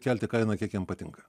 kelti kainą kiek jam patinka